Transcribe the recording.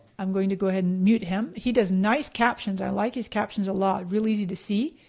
i'm going to go ahead and mute him. he does nice captions, i like his captions a lot, really easy to see,